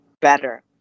better